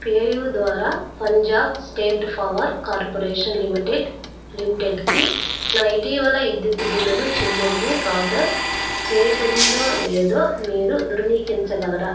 PayU ద్వారా Punjab state power corporation limited లిమిటెడ్కి నా ఇటీవల విద్యుత్ బిల్లులు చెల్లింపు ప్రాసెస్ చెయ్యబడిందో లేదో మీరు ద్రువీకరించగలరా